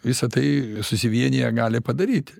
visa tai susivieniję gali padaryti